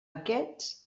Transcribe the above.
aquests